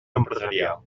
empresarial